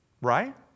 Right